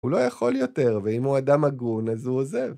הוא לא יכול יותר, ואם הוא אדם הגון אז הוא עוזב